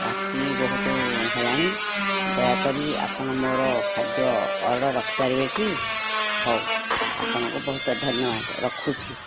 ରାତି ବହୁତ ହେଲାଣି ଦୟାକରି ଆପଣ ମୋର ଖାଦ୍ୟ ଅର୍ଡ଼ର ରଖିପାରିବେ କି ହେଉ ଆପଣଙ୍କୁ ବହୁତ ଧନ୍ୟବାଦ ରଖୁଛି